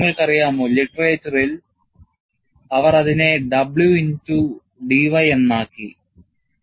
നിങ്ങൾക്കറിയാമോ ലിറ്ററേച്ചറിൽ അവർ അതിനെ W ഇൻടു dy എന്ന് ആക്കി